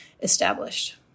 established